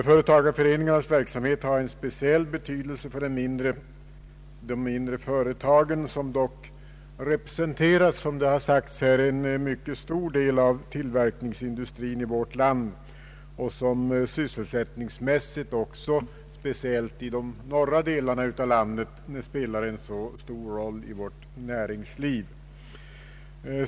Företagareföreningarnas verksamhet har en speciell betydelse för de mindre företagen som dock representerar, som det har sagts här, en mycket stor del av tillverkningsindustrin i vårt land och som sysselsättningsmässigt, särskilt i de norra delarna av landet, spelar en så stor roll i vårt näringsliv.